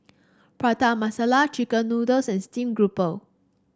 Prata Masala chicken noodles and Steamed Grouper